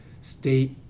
state